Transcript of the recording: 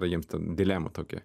jiems ten dilema tokia